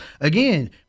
again